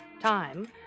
time